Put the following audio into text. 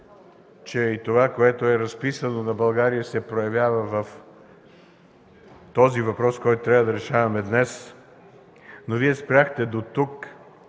че това, което е разписано на България, се проявява в този въпрос, който трябва да решаваме днес. Но Вие спряхте дотук